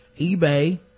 eBay